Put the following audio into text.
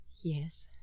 Yes